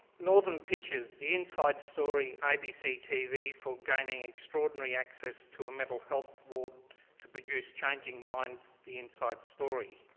northern pictures, the inside story, abc tv, for gaining extraordinary access to a mental health ward to produce changing minds the inside story.